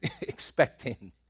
expecting